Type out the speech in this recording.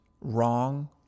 wrong